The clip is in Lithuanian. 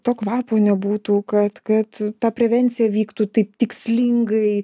to kvapo nebūtų kad kad ta prevencija vyktų taip tikslingai